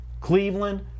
Cleveland